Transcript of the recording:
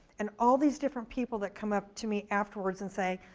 and all these different people that come up to me afterwards and say,